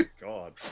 god